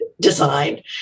design